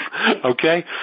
okay